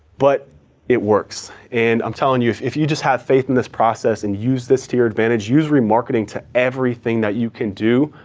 but it works. and i'm telling you, if if you just have faith in this process and use this to your advantage, use remarketing with everything that you can do,